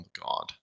God